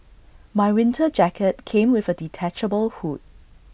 my winter jacket came with A detachable hood